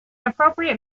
appropriate